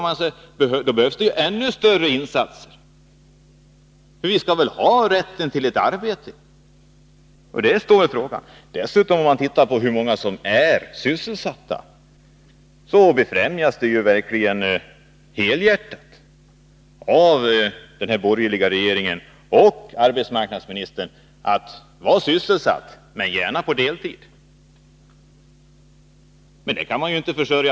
— Men då behövs det väl ändå större insatser! Vi skall väl ha rätt till ett arbete? Det är det frågan gäller. När man tittar på hur många som är sysselsatta förtjänar det att nämnas att den här borgerliga regeringen och arbetsmarknadsministern verkligen befrämjar deltidsarbete. Var sysselsatt — men gärna på deltid! Det är deras paroll.